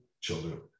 children